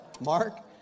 Mark